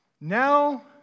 Now